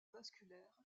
vasculaire